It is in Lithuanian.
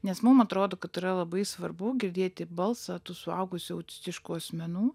nes mum atrodo kad yra labai svarbu girdėti balsą tų suaugusių autistiškų asmenų